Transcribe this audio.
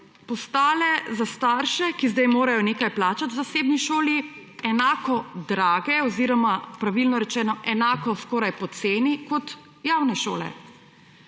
postale za starše, ki zdaj morajo nekaj plačati zasebni šoli, enako drage oziroma pravilno rečeno, skoraj enako poceni kot javne šole.